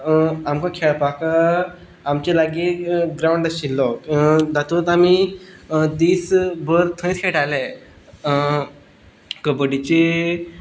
आमकां खेळपाक आमचे लागीं ग्रावंद आशिल्लो तातूंत आमी दिसभर थंयच खेळटालें कबड्डीची